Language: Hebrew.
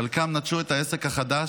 חלקם נטשו את העסק החדש,